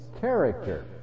character